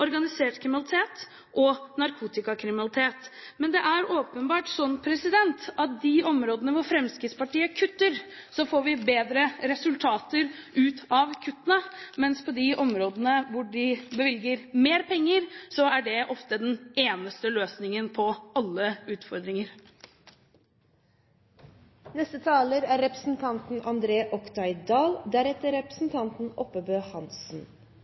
organisert kriminalitet og narkotikakriminalitet. Men det er åpenbart sånn at på de områdene hvor Fremskrittspartiet kutter, får vi bedre resultater av kuttene, mens på de områdene hvor de bevilger mer penger, er det ofte den eneste løsningen på alle